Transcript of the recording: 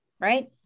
right